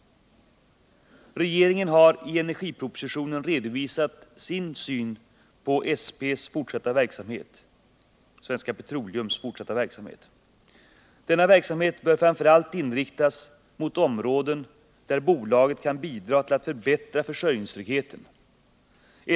Regeringen har i energipropositionen redovisat sin syn på Svenska Petroleum AB:s fortsatta verksamhet. SP:s verksamhet bör framför allt inriktas mot områden där bolaget kan bidra till att förbättra försörjningstryggheten.